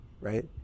right